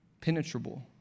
penetrable